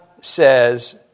says